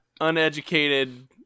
uneducated